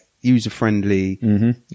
user-friendly